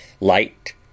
light